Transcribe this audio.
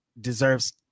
deserves